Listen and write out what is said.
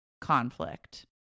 conflict